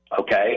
okay